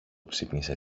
ξύπνησε